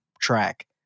track